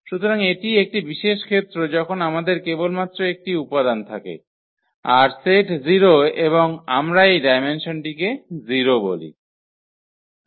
সুতরাং এটি একটি বিশেষ ক্ষেত্র যখন আমাদের কেবলমাত্র একটি উপাদান থাকে আর সেট 0 এবং আমরা এই ডায়মেনসনকে 0 বলি